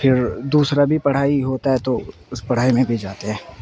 پھر دوسرا بھی پڑھائی ہوتا ہے تو اس پڑھائی میں بھی جاتے ہیں